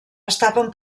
estaven